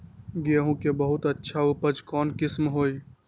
गेंहू के बहुत अच्छा उपज कौन किस्म होई?